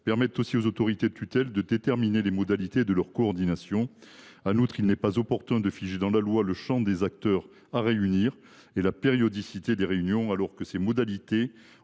permettent aussi aux autorités de tutelle de déterminer les modalités de leur coordination. En outre, il n’est pas opportun de figer dans la loi le champ des acteurs à réunir et la périodicité des réunions, alors que ces modalités